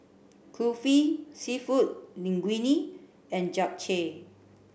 Kulfi Seafood Linguine and Japchae